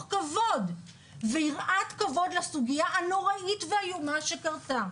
כבוד ויראת כבוד לסוגיה הנוראית והאיומה שקרתה.